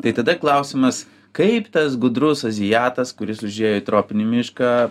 tai tada klausimas kaip tas gudrus azijatas kuris užėjo į tropinį mišką